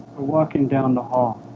we're walking down the hall